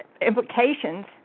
implications